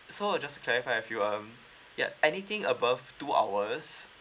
so uh just to clarify with you uh yup anything above two hours